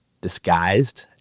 disguised